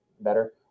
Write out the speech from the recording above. better